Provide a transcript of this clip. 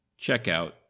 Checkout